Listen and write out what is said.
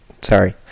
Sorry